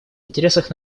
интересах